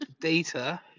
Data